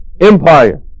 Empire